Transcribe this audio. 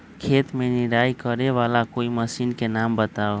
खेत मे निराई करे वाला कोई मशीन के नाम बताऊ?